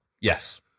Yes